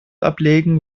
ablegen